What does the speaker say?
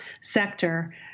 sector